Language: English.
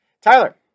Tyler